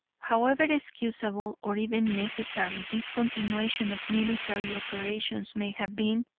however excusable or even necessary this continuation of military operations may have been,